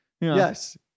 Yes